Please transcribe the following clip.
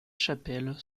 chapelles